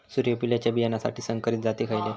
सूर्यफुलाच्या बियानासाठी संकरित जाती खयले?